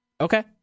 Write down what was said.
Okay